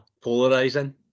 polarizing